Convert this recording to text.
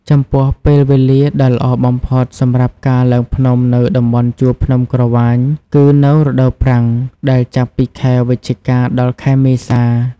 ចំពោះ ពេលវេលាដ៏ល្អបំផុតសម្រាប់ការឡើងភ្នំនៅតំបន់ជួរភ្នំក្រវាញគឺ នៅរដូវប្រាំង ដែលចាប់ពីខែវិច្ឆិកា ដល់ ខែមេសា។